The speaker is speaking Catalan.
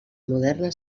moderna